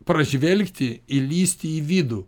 pražvelgti įlįsti į vidų